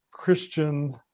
Christian